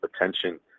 attention